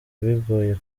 bigoye